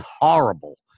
horrible